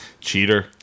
cheater